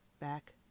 back